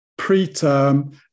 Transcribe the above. preterm